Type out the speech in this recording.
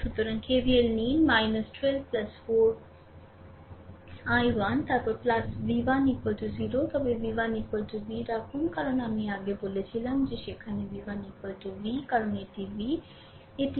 সুতরাং KVL নিন 12 4 i1 তারপরে V 1 0 তবে V 1 V রাখুন কারণ আগে আমি বলেছিলাম যে এখানে V 1 V কারণ এটি V এটিই V 1